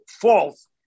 false